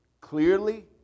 clearly